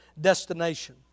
destination